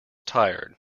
tired